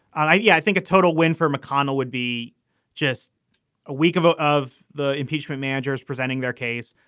i yeah think a total win for mcconnell would be just a week of ah of the impeachment managers presenting their case,